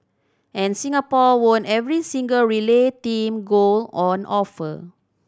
and Singapore won every single relay team gold on offer